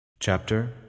Chapter